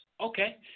Okay